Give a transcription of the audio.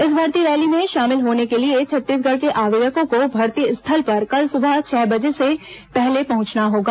इस भर्ती रैली में शामिल होने के लिए छत्तीसगढ़ के आवेदकों को भर्ती स्थल पर कल सुबह छह बजे से पहले पहंचना होगा